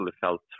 felt